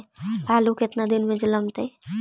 आलू केतना दिन में जलमतइ?